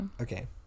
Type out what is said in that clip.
okay